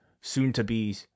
soon-to-be